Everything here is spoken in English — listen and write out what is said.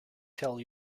tell